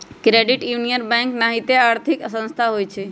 credit union bank के नाहिते आर्थिक संस्था होइ छइ